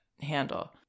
handle